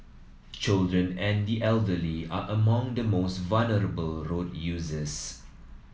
children and the elderly are among the most vulnerable road users